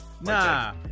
Nah